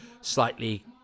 slightly